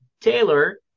Taylor